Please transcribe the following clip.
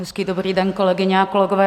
Hezký dobrý den, kolegyně a kolegové.